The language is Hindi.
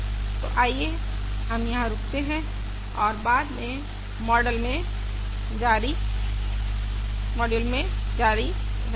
तो आइए हम यहां रुकते हैं और हम बाद के मॉडल में जारी रहेंगे